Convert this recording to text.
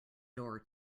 door